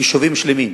יישובים שלמים.